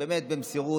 באמת במסירות.